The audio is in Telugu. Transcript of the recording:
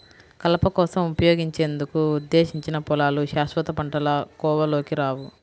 కలప కోసం ఉపయోగించేందుకు ఉద్దేశించిన పొలాలు శాశ్వత పంటల కోవలోకి రావు